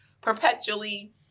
perpetually